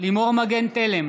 לימור מגן תלם,